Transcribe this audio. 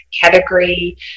category